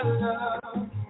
love